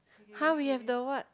[huh] we have the what